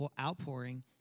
outpouring